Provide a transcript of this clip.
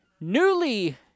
newly